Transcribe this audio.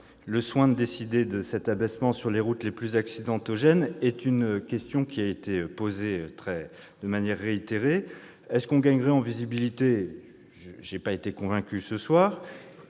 le soin de décider de cet abaissement sur les routes les plus accidentogènes. Cette question a été posée de manière réitérée. Gagnerait-on en visibilité ? Je n'en ai pas été convaincu ce soir.